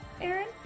Aaron